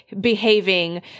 behaving